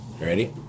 Ready